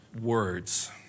words